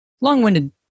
long-winded